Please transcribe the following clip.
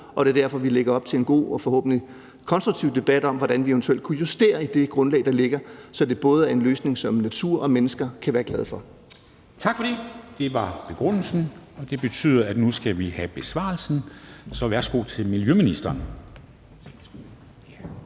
Det er derfor, vi lægger op til en god og forhåbentlig konstruktiv debat om, hvordan vi eventuelt kan justere det grundlag, der ligger, så det er en løsning, som både natur og mennesker kan være glade for. Kl. 10:10 Formanden (Henrik Dam Kristensen): Tak for det. Det var begrundelsen. Det betyder, at vi nu skal have besvarelsen, så værsgo til miljøministeren.